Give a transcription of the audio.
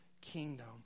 kingdom